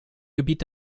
gebiet